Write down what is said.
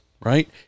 right